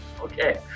Okay